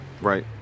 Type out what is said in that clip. Right